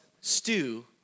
stew